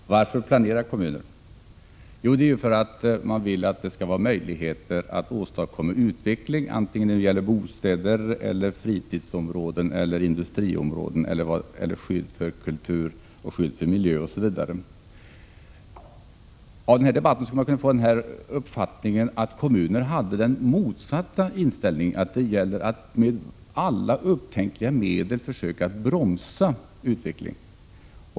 Herr talman! Varför planerar kommuner? Jo, för att man vill att det skall ske en utveckling, vare sig det nu gäller bostäder eller fritidsområden, industriområden, skydd för kultur, skydd för miljö osv. Av debatten skulle man kunna få uppfattningen att kommuner hade den motsatta inställningen — att det gäller att med alla upptänkliga medel försöka bromsa utvecklingen.